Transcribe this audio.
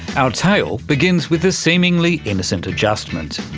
our tale begins with a seemingly innocent adjustment.